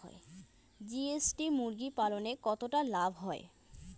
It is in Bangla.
জি.এস.টি মুরগি পালনে কতটা লাভ হয়?